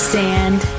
sand